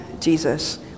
Jesus